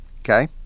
okay